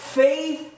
faith